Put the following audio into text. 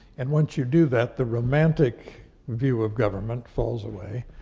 and once you do that, the romantic view of government falls away,